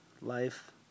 life